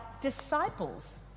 disciples